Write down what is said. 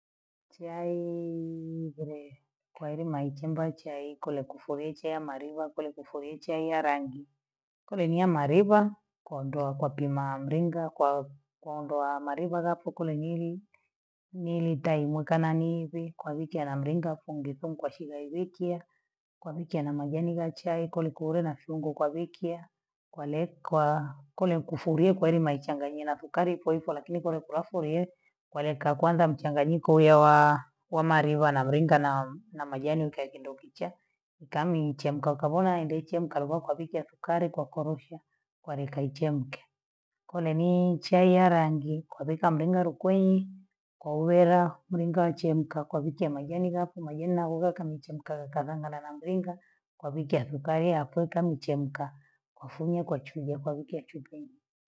Chaii kule kwaeli maichimba chai kule kufulia chai amaliva, kule kufulia chai ya rangi, kule ni ya maliva kwondoa kwa pima mlinga kwa kwuondoa maliva gapu kule nyili nili taimuka nanihivi kwa wiki anamlinga kunge kungu kwashile iwikia, kwa wiki anamajani ya chai kule kule na fiungo kwa wikia, kwale kwaa kule kufulia kwaelima mwaichanganyiana thukali ipoipo lakini kule kulafulie kwalenka ya kwanza mchanganyiko uye wa- wamaliva na mlinga na majani ukaekindokichaa ukami nchemka ukabona waende nchemka waloga kwa biki ya sukari kwa korosho kwalika ichemke, kule ni chai ya rangi kwabhika mlinga lukwenyi kwa uwela mringa wachemka kwa wikia majani maku majani magoga kamchemka wakalangala na mlinga kwa wiki ya sukari yakiwa kwa imechemka, wafunya kwa chuja kwa wiki ya chupini.